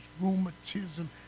rheumatism